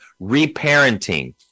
reparenting